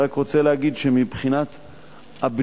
אני רק רוצה להגיד שמבחינת הבנייה,